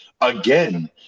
again